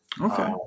Okay